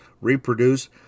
reproduce